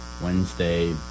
Wednesday